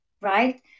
right